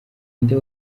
inde